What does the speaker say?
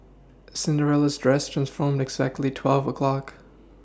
Cinderella's dress transformed exactly twelve o' clock